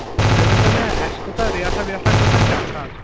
تُہۍ ؤنۍتَو مےٚ اسہِ کٲژاہ ریٹاہ ویٹاہ کٲژاہ چھِ اَتھ اَز